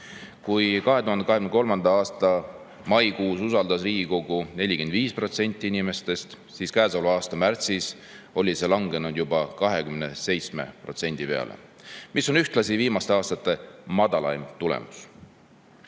2023. aasta maikuus usaldas Riigikogu 45% inimestest, aga käesoleva aasta märtsiks oli see langenud juba 27% peale, mis on ühtlasi viimaste aastate madalaim